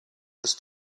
ist